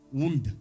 wound